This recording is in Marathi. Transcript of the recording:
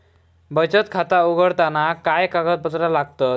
बचत खाता उघडताना काय कागदपत्रा लागतत?